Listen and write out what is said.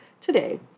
today